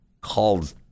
called